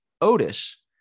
Otis